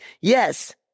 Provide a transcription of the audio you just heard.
yes